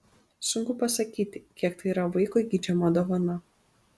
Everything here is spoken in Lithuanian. sunku pasakyti kiek tai yra vaikui geidžiama dovana